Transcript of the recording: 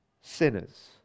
sinners